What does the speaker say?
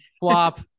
Flop